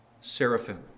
seraphim